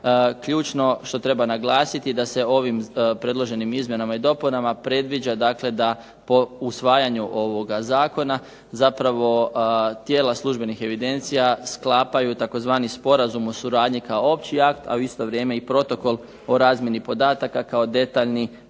ključno što treba naglasiti da se ovim predloženim izmjenama i dopunama predviđa dakle da po usvajanju ovoga zakona zapravo tijela službenih evidencija sklapaju tzv. sporazum o suradnji kao opći akt, a u isto vrijeme i protokol o razmjeni podataka kao detaljni provedbeni